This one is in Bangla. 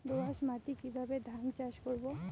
দোয়াস মাটি কিভাবে ধান চাষ করব?